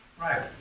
Right